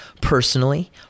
personally